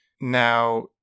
Now